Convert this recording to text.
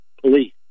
police